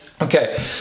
Okay